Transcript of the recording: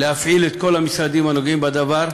להפעיל את כל המשרדים הנוגעים בדבר,